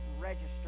register